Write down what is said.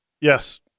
Yes